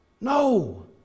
no